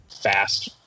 fast